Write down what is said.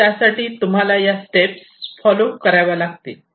तर त्यासाठी तुम्हाला या स्टेप्स फॉलो कराव्या लागतील